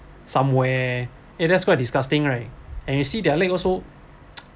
somewhere it just quite disgusting right and you see their leg also